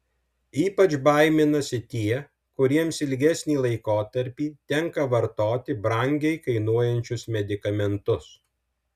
ypač baiminasi tie kuriems ilgesnį laikotarpį tenka vartoti brangiai kainuojančius medikamentus